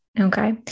Okay